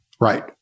Right